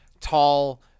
tall